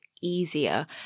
easier